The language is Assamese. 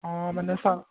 অঁ মানে চা